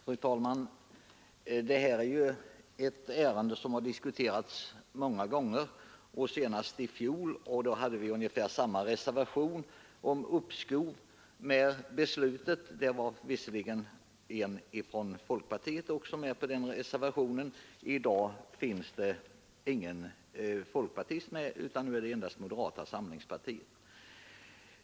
Fru talman! Det här är ett ärende som har diskuterats många gånger — senast i fjol, då en reservation om uppskov med beslutet, av ungefär samma lydelse som den nu aktuella, förelåg. Visserligen fanns också en ledamot från folkpartiet med på den reservationen, och i dag har ingen folkpartist skrivit på reservationen utan den har endast avgivits av ledamöter från moderata samlingspartiet.